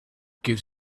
gives